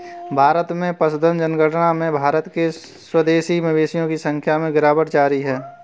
भारत में पशुधन जनगणना में भारत के स्वदेशी मवेशियों की संख्या में गिरावट जारी है